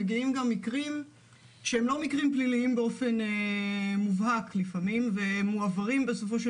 מגיעים גם מקרים שהם לא מקרים פליליים באופן מובהק ובסופו של